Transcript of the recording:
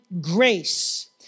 grace